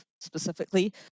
specifically